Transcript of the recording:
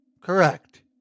Correct